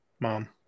Mom